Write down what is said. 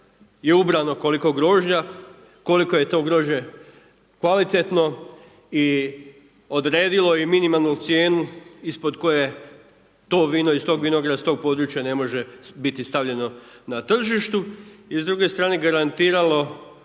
je ubrano koliko grožđa, koliko je to grožđe kvalitetno i odredilo je minimalnu cijenu ispod koje to vino iz tog vinograda, s tog područja ne može biti stavljeno na tržištu i s druge strane, garantiralo